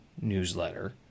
newsletter